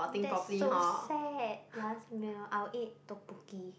that's so sad last meal I will eat tteokbokki